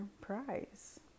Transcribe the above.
prize